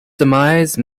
demise